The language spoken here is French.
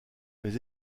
mais